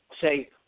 say